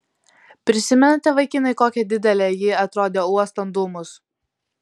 prisimenate vaikinai kokia didelė ji atrodė uostant dūmus